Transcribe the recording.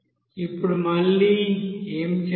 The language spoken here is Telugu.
ఇప్పుడు ఇక్కడ మళ్ళీ ఏమి చేయాలి